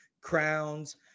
crowns